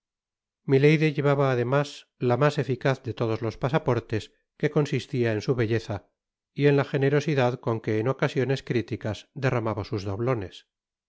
milady llevaba además el mas eficaz de todos los pasaportes que consistia en su belleza y en la generosidad con que en ocasiones criticas derramaba sus doblones